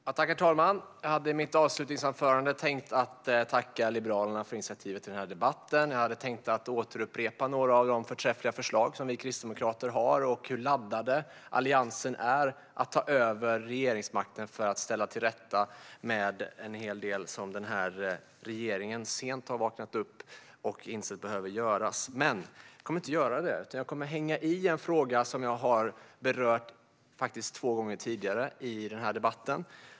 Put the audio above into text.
Herr talman! Jag hade i mitt avslutningsanförande tänkt tacka Liberalerna för initiativet till denna debatt, jag hade tänkt återupprepa några av de förträffliga förslag som vi kristdemokrater har och jag hade tänkt säga hur laddad Alliansen är att ta över regeringsmakten för att ställa en hel del till rätta av det som den här regeringen sent har vaknat upp och insett behöver göras. Men jag kommer inte att göra det, utan jag kommer att hänga kvar vid en fråga som jag faktiskt har berört två gånger tidigare i den här debatten.